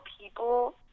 people